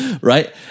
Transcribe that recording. right